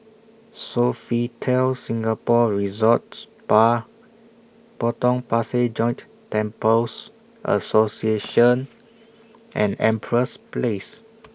Sofitel Singapore Resorts Spa Potong Pasir Joint Temples Association and Empress Place